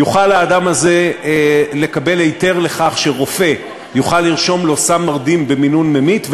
יוכל האדם הזה לקבל היתר לכך שרופא יוכל לרשום לו סם מרדים במינון ממית,